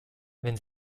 wenn